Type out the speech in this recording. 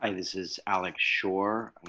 and this is alex shore.